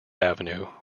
avenue